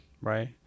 right